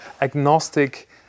agnostic